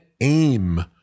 aim